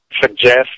Suggest